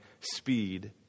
speed